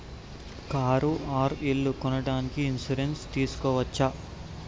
Car or ఇల్లు కొనడానికి insurance తీస్కోవచ్చా?